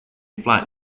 flight